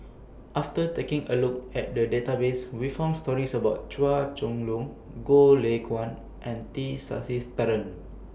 after taking A Look At The Database We found stories about Chua Chong Long Goh Lay Kuan and T Sasitharan